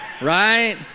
Right